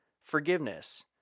forgiveness